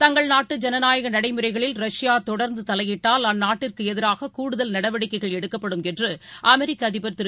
தங்கள் நாட்டு ஜனநாயகநடைமுறைகளில் ரஷ்யா தொடர்ந்துதலையிட்டால் அந்நாட்டுக்குஎதிராககூடுதல் நடவடிக்கைகள் எடுக்கப்படும் என்றுஅமெரிக்கஅதிபர் திரு